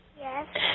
yes